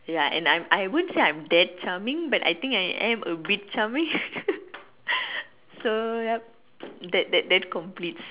ya and I'm I won't say I'm that charming but I think I'm a bit charming so yup that that that completes